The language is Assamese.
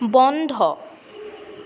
বন্ধ